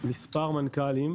מספר מנכ"לים.